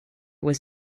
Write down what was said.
was